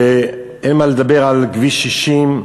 אין מה לדבר על כביש 60,